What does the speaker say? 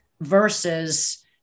versus